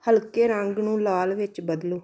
ਹਲਕੇ ਰੰਗ ਨੂੰ ਲਾਲ ਵਿੱਚ ਬਦਲੋ